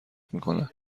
میکند